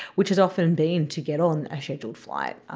which has often been to get on a scheduled flight.